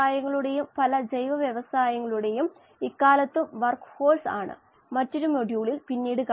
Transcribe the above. അടുത്ത പ്രഭാഷണത്തിൽ നമ്മൾ കാണും ഈ പ്രശ്നം നമ്മൾ പരിഹരിക്കും